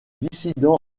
dissident